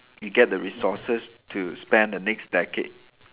you get the resources to spend the next decade